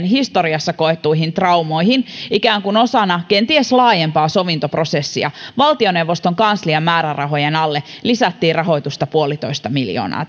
historiassa koettuihin traumoihin ikään kuin osana kenties laajempaa sovintoprosessia valtioneuvoston kanslian määrärahojen alle lisättiin psykososiaaliseen tukeen rahoitusta puolitoista miljoonaa